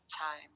time